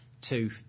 Two